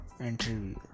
interview